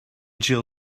jill